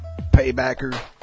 paybacker